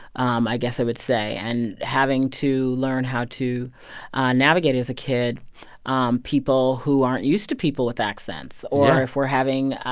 um i guess i would say, and having to learn how to navigate it as a kid um people who aren't used to people with accents or. yeah. if we're having,